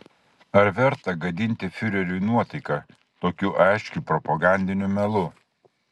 ar verta gadinti fiureriui nuotaiką tokiu aiškiu propagandiniu melu